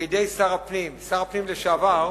בידי שר הפנים, שר הפנים לשעבר,